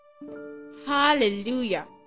hallelujah